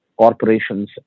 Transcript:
corporations